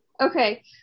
Okay